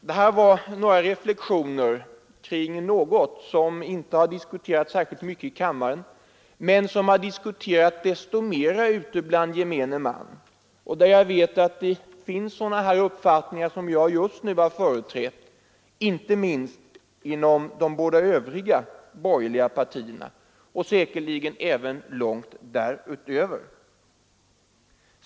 Detta var några reflexioner kring något som inte har diskuterats särskilt mycket i kammaren men som har diskuterats desto mer ute bland gemene man och där jag vet att det finns sådana uppfattningar som jag just nu har företrätt, inte minst inom de båda andra borgerliga partierna och säkerligen långt därutöver.